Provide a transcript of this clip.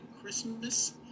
Christmas